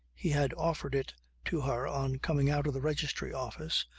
he had offered it to her on coming out of the registry office,